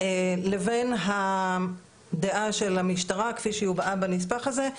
לבין הדעה של המשטרה כפי שהיא הובעה בנספח הזה,